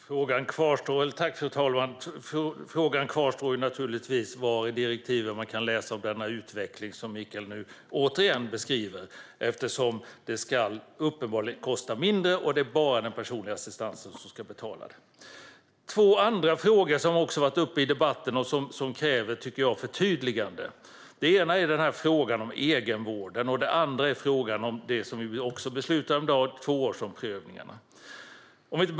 Fru talman! Frågan kvarstår naturligtvis. Var i direktiven kan man läsa om denna utveckling som Mikael nu beskriver? Det ska ju uppenbarligen kosta mindre, och det är bara den personliga assistansen som ska betala detta. Det finns två andra frågor som också har varit uppe i debatten och som kräver förtydligande. Det ena är frågan om egenvården. Det andra är frågan om tvåårsomprövningarna, som vi också beslutar om i dag.